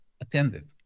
attended